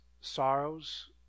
sorrows